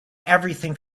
everything